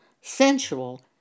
sensual